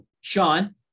Sean